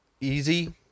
easy